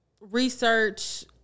Research